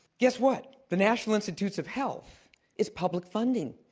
guess what? the national institutes of health is public funding.